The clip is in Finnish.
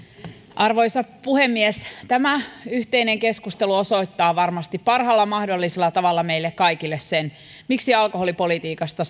arvoisa puhemies tämä yhteinen keskustelu osoittaa varmasti parhaalla mahdollisella tavalla meille kaikille sen miksi alkoholipolitiikasta